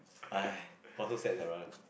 !haiz! got so sad sia brother